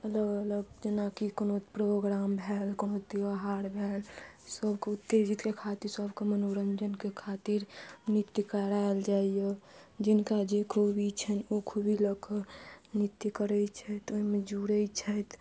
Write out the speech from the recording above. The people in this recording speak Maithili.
अलग अलग जेनाकि कोनो प्रोग्राम भेल कोनो त्यौहार भेल सबके उत्तेजिक खातिर सबके मनोरंजनके खातिर नृत्य करायल जाइया जिनका जे खूबी छनि ओ खूबी लऽ कऽ नृत्य करै छथि ओहिमे जुड़ै छथि